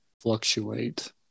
fluctuate